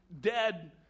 dead